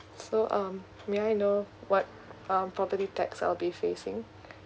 so um may I know what um property tax I'll be facing